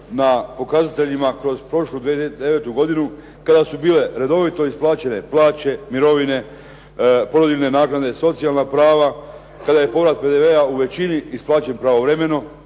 na pokazateljima kroz prošlu 2009. godinu kada su bile redovito isplaćene plaće, mirovine, porodiljne naknade, socijalna prava, kada je pola PDV-a u većini isplaćeno pravovremeno